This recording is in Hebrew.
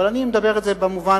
אבל אני אומר את זה במובן,